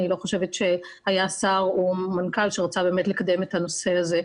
אני לא חושבת שהיה שר או מנכ"ל שרצה באמת לקדם את הנושא הזה.